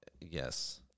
Yes